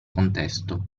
contesto